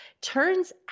Turns